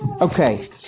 Okay